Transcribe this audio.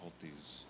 difficulties